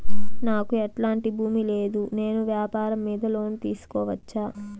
నాకు ఎట్లాంటి భూమి లేదు నేను వ్యాపారం మీద లోను తీసుకోవచ్చా?